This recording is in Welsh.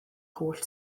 holl